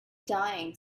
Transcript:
dying